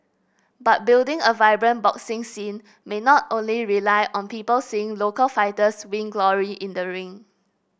but building a vibrant boxing scene may not only rely on people seeing local fighters win glory in the ring